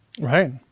Right